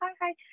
hi